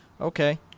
Okay